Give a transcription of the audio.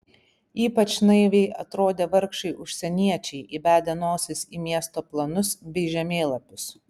ypač naiviai atrodė vargšai užsieniečiai įbedę nosis į miesto planus bei žemėlapius